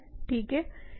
ठीक है